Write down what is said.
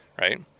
Right